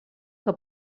que